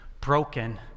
broken